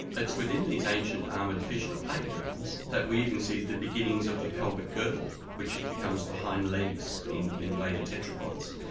it's within these ancient armoured fish, the placoderms, that we even see the beginnings of the pelvic girdle which becomes the hind legs in in later tetrapods.